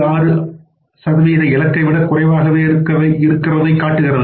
6 சதவீத இலக்கை விடக் குறைவாகவே இருந்ததைக் காட்டுகிறது